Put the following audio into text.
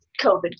COVID